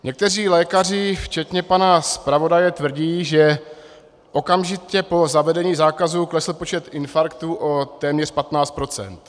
Někteří lékaři, včetně pana zpravodaje, tvrdí, že okamžitě po zavedení zákazu klesl počet infarktů o téměř 15 %.